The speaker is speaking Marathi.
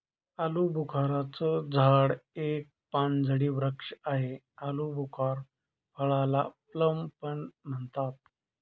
आलूबुखारा चं झाड एक व पानझडी वृक्ष आहे, आलुबुखार फळाला प्लम पण म्हणतात